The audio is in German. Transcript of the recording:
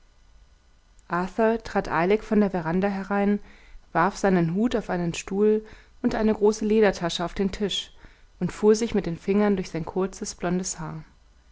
trat eilig von der veranda herein warf seinen hut auf einen stuhl und eine große ledertasche auf den tisch und fuhr sich mit den fingern durch sein kurzes blondes haar